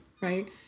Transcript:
right